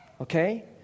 okay